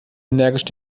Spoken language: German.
energisch